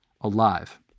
alive